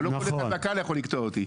אבל לא כל אחד מהקהל יכול לקטוע אותי.